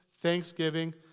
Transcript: thanksgiving